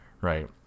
Right